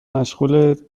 مشغول